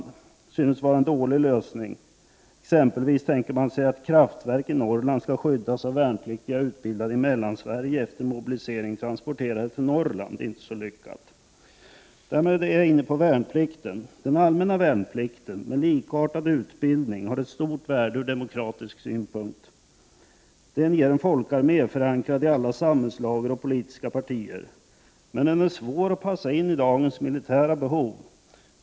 Det synes vara en dålig lösning — exempelvis tänker man sig att kraftverk i Norrland skall skyddas av värnpliktiga utbildade i Mellansverige och efter mobilisering transporterade till Norrland. Inte så lyckat. Därmed är jag inne på värnplikten. Den allmänna värnplikten med likartad utbildning har ett stort värde ur demokratisk synpunkt. Den ger en folkarmé, förankrad i alla samhällslager och politiska partier — men den är svår att passa in i dagens militära behov.